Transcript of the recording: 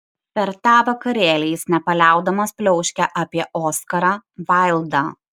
per tą vakarėlį jis nepaliaudamas pliauškė apie oskarą vaildą